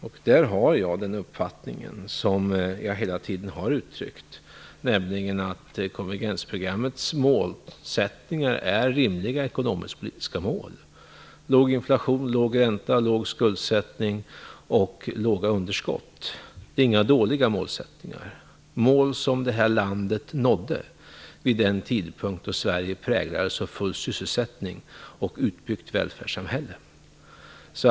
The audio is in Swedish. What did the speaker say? Jag har den uppfattningen, som jag hela tiden har uttryckt, att konvergensprogrammets målsättningar är rimliga ekonomisk-politiska mål: låg inflation, låg ränta, låg skuldsättning och låga underskott. Det är inga dåliga målsättningar. Det är mål som Sverige nådde vid den tidpunkt då Sverige präglades av full sysselsättning och utbyggd välfärd.